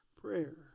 Prayer